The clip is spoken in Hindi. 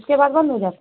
उसके बाद बंद हो जाएगा